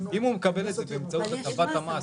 אם הוא מקבל את זה באמצעות הטבת המס,